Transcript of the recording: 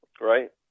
right